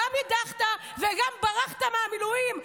גם הדחת וגם ברחת מהמילואים,